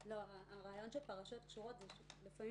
הרעיון של פרשות קשורות הוא שלפעמים